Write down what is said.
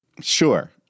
Sure